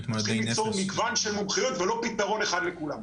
יש ליצור מגוון של מומחיויות ולא פתרון אחד לכולם.